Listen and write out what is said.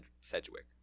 Sedgwick